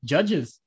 Judges